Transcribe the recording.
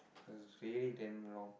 it was really damn long